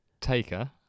Taker